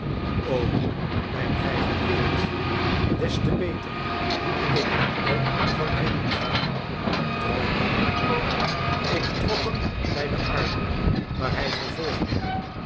o wij krijgen wind des te beter ik houd ook van wind droomde hij ik trok hem bij den arm maar hij vervolgde